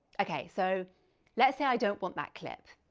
okay, so let's say i don't want that clip.